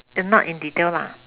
not in detail lah